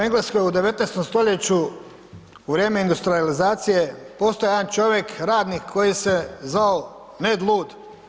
U Engleskoj u 19. stoljeću, u vrijeme industrijalizacije postojao je jedan čovjek radnik koji se zvao Ned Lud.